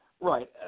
Right